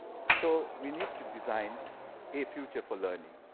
so we need to design a future for learning.